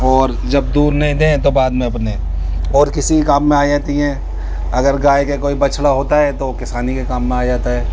اور جب دودھ نہیں دیں تو بعد میں اپنے اور کسی کام میں آ جاتی ہیں اگر گائے کے کوئی بچھڑا ہوتا ہے تو وہ کسانی کے کام میں آ جاتا ہے